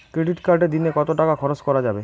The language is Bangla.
ক্রেডিট কার্ডে দিনে কত টাকা খরচ করা যাবে?